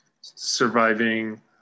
surviving